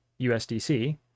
USDC